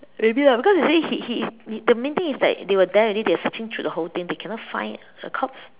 maybe lah because you see he he the main thing is that they were there already they're searching through the whole thing they cannot find the corpse